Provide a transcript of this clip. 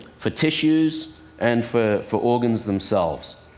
for tissues and for for organs themselves.